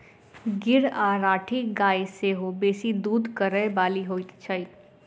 गीर आ राठी गाय सेहो बेसी दूध करय बाली होइत छै